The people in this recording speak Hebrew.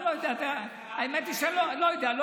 אני לא יודע, לא התעמקתי.